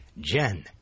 Jen